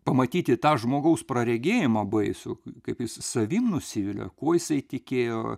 pamatyti tą žmogaus praregėjimą baisu kaip jis savim nusivilia kuo jisai tikėjo